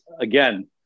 again